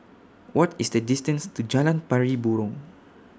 What IS The distance to Jalan Pari Burong